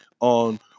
on